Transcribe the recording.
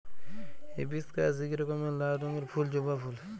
hibiscus ইক রকমের লাল রঙের ফুল জবা ফুল